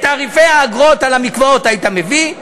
את תעריפי האגרות על המקוואות היית מביא?